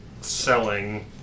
Selling